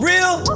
Real